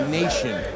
nation